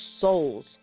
souls